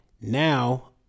Now